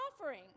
offering